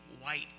white